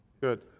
Good